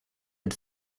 had